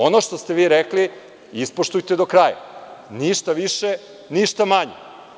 Ono što ste vi rekli i ispoštuje do kraja, ništa više, ništa manje.